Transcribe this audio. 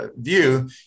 view